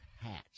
Hatch